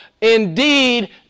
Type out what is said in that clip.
indeed